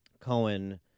Cohen